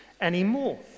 anymore